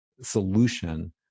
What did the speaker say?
solution